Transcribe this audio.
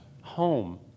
home